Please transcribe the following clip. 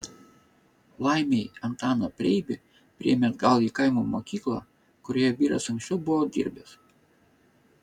laimei antaną preibį priėmė atgal į kaimo mokyklą kurioje vyras anksčiau buvo dirbęs